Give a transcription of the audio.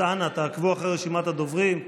אז אנא תעקבו אחרי רשימת הדוברים.